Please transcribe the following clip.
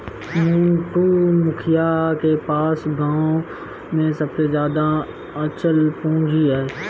मंटू, मुखिया के पास गांव में सबसे ज्यादा अचल पूंजी है